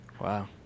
Wow